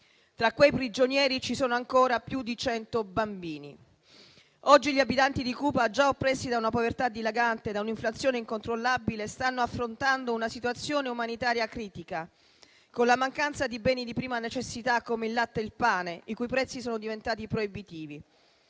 Tra quei prigionieri ci sono ancora più di 100 bambini. Oggi gli abitanti di Cuba, già oppressi da una povertà dilagante, da un'inflazione incontrollabile, stanno affrontando una situazione umanitaria critica, con la mancanza di beni di prima necessità come il latte e il pane, i cui prezzi sono diventati proibitivi.